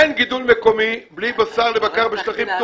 אין גידול מקומי בלי בשר לבקר בשטחים פתוחים.